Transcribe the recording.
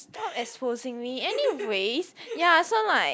stop exposing me anyways ya so like